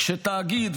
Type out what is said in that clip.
כשתאגיד,